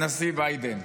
הנשיא ביידן.